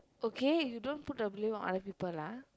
okay you don't put the blame on other people ah